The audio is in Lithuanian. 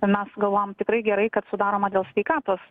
mes galvojam tikrai gerai kad sudaroma dėl sveikatos